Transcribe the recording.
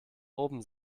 oben